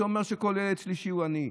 שאומר שכל ילד שלישי הוא עני,